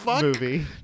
movie